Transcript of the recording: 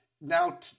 now